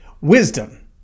Wisdom